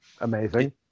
Amazing